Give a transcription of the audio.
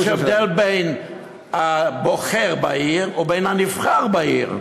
שיש הבדל בין הבוחר בעיר ובין הנבחר בעיר.